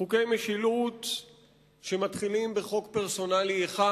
חוקי משילות שמתחילים בחוק פרסונלי אחד,